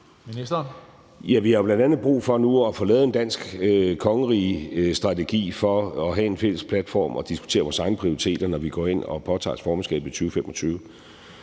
Vi har bl.a. brug for nu at få lavet en dansk kongerigestrategi for at have en fælles platform at diskutere vores egne prioriteter på, når vi går ind og påtager os formandskabet i 2025.